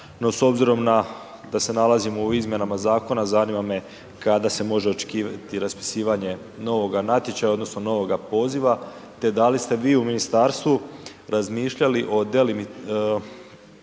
no s obzirom da se nalazimo u izmjenama zakona, zanima me kada se može očekivati raspisivanje novoga natječaja odnosno novoga poziva, te da li ste vi u ministarstvu razmišljali o delimitaciji